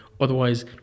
Otherwise